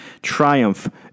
Triumph